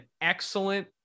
excellent